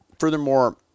Furthermore